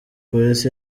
polisi